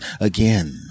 again